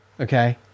okay